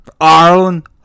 Ireland